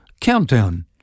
Countdown